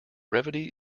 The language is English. brevity